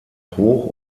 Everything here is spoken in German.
hoch